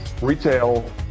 Retail